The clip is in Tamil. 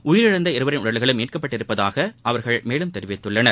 உயிரிழந்த இருவரின் உடல்களும் மீட்கப்பட்டுள்ளதாக அவர்கள் தெரிவித்துள்ளனர்